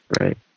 right